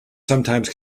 sometimes